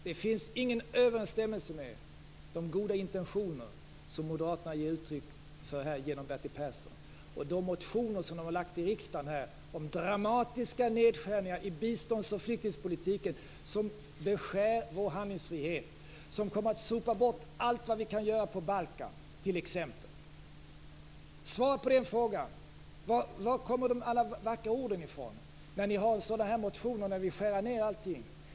Det finns ingen överensstämmelse med de goda intentioner som moderaterna ger uttryck för här genom Bertil Persson och de motioner som de väckt i riksdagen om dramatiska nedskärningar i bistånds och flyktingpolitiken som beskär vår handlingsfrihet och som kommer att sopa bort allt vad vi kan göra t.ex. på Balkan. Svara på frågan: Varifrån kommer alla de vackra orden när ni har motioner där vi vill skära ned allting?